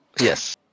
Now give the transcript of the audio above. Yes